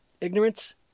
ignorance